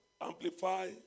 Amplify